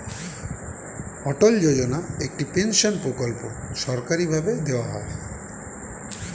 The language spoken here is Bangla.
অটল যোজনা একটি পেনশন প্রকল্প সরকারি ভাবে দেওয়া হয়